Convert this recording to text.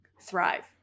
thrive